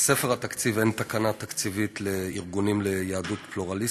בספר התקציב אין תקנה תקציבית לארגונים ליהדות פלורליסטית.